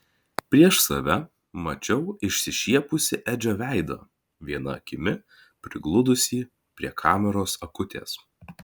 prieš save mačiau išsišiepusį edžio veidą viena akimi prigludusį prie kameros akutės